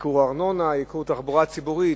ייקור ארנונה, ייקור תחבורה ציבורית.